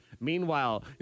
Meanwhile